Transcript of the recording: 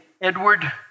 Edward